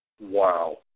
Wow